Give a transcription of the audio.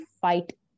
fight